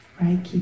right